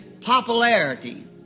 popularity